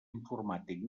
informàtic